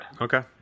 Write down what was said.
Okay